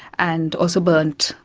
and also burnt,